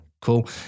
cool